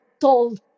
told